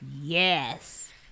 Yes